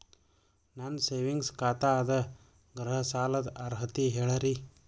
ನನ್ನ ಸೇವಿಂಗ್ಸ್ ಖಾತಾ ಅದ, ಗೃಹ ಸಾಲದ ಅರ್ಹತಿ ಹೇಳರಿ?